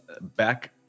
Back